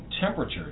temperatures